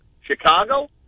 Chicago